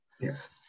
yes